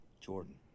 Jordan